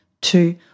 two